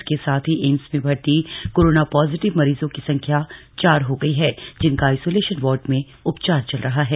इसके साथ ही एम्स में भर्ती कोरोना पॉजिटिव मरीजों की संख्या चार हो गई हैजिनका आइसोलेशन वार्ड में उपचार चल रहा है